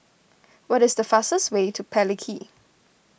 what is the fastest way to Palikir